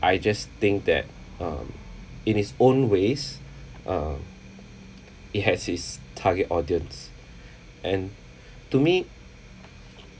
I just think that um in its own ways uh it has its target audience and to me